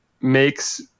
makes